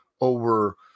over